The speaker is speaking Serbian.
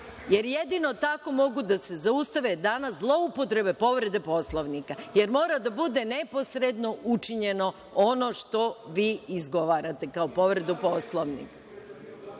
jer jedino tako mogu da se zaustave danas zloupotrebe povrede Poslovnika, jer mora da bude neposredno učinjeno ono što vi izgovarate kao povredu Poslovnika.(Miroslav